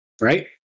right